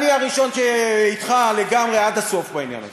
אני הראשון שאתך לגמרי, עד הסוף, בעניין הזה.